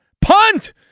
punt